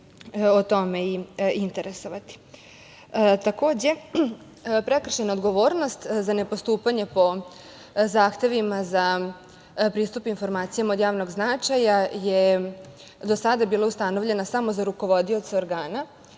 o tome interesovati. Takođe, prekršajna odgovornost za nepostupanje po zahtevima za pristup informacijama od javnog značaja je do sada bilo ustanovljena samo za rukovodioca organa,